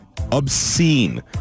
Obscene